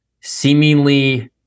seemingly